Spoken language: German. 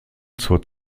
zur